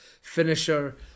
finisher